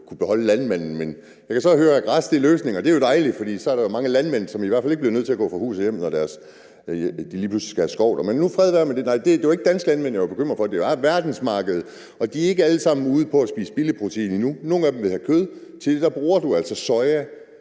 kunne beholde landmændene. Men jeg kan så høre, at græs er løsningen, og det er jo dejligt. For så er der jo mange landmænd, som i hvert fald ikke bliver nødt til at gå fra hus og hjem, når de lige pludselig skal have skov der. Men fred være nu med det. Nej, det var ikke de danske landmænd, jeg var bekymret for, men det er verdensmarkedet, og de er ikke alle sammen ude på at spise billigt protein endnu. Nogle af dem vil have kød, og der bruger du altså soja,